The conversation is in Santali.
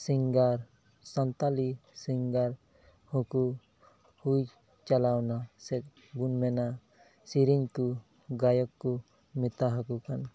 ᱥᱤᱝᱜᱟᱨ ᱥᱟᱱᱛᱟᱲᱤ ᱥᱤᱝᱜᱟᱨ ᱦᱚᱸᱠᱚ ᱦᱩᱭ ᱪᱟᱞᱟᱣᱱᱟ ᱥᱮ ᱵᱚᱱ ᱢᱮᱱᱟ ᱥᱮᱨᱮᱧ ᱠᱚ ᱜᱟᱭᱚᱠ ᱠᱚ ᱢᱮᱛᱟᱣ ᱠᱚ ᱠᱟᱱ